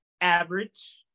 average